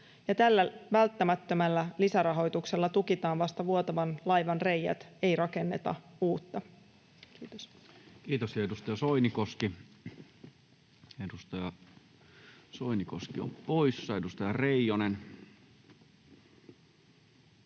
tällä välttämättömällä lisärahoituksella tukitaan vasta vuotavan laivan reiät, ei rakenneta uutta. — Kiitos. Kiitos. — Ja edustaja Soinikoski, edustaja Soinikoski on poissa. — Edustaja Reijonen.